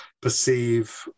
perceive